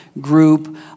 group